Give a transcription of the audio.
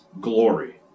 glory